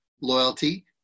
loyalty